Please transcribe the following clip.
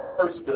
First